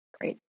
Great